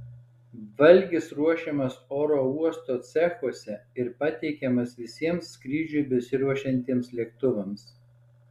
valgis ruošiamas oro uosto cechuose ir pateikiamas visiems skrydžiui besiruošiantiems lėktuvams